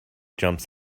jumps